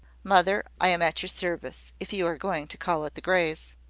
mother, i am at your service, if you are going to call at the greys.